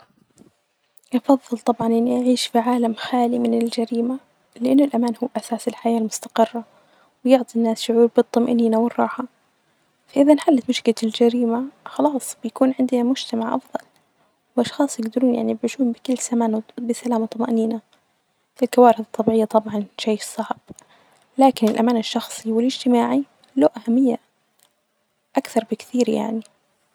أفظل طبعا إي أعيش في عالم خالي من الجريمة لأنه الأمان هو أساس الحياة المستقرة ويعطي الناس شعور بالطمأنينة والراحة ،فإذا إنحلت مشكلة الجريمة خلاص بيكون عندنا مجتمع أفظل ،وأشخاص يجدرون يعني بيعيشون بكل زمان ،وب- بسلام وطمأنينة ،الكوارث الطبيعية طبعا شيء صعب لكن الأمان الشخصي والاجتماعي له أهمية أكثر بكثير يعني.